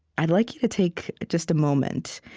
i'd like you to take just a moment.